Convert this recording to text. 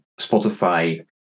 Spotify